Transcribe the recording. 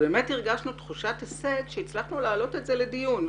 הרגשנו תחושת הישג שהצלחנו להעלות את זה לדיון.